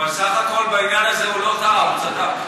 אבל בסך הכול בעניין הזה הוא לא טעה, הוא צדק.